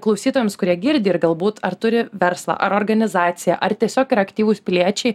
klausytojams kurie girdi ir galbūt ar turi verslą ar organizaciją ar tiesiog yra aktyvūs piliečiai